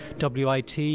WIT